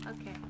okay